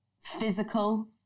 physical